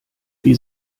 wie